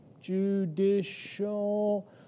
judicial